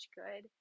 good